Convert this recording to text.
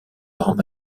parents